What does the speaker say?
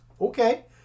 Okay